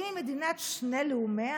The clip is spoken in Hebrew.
האם היא מדינת שני לאומיה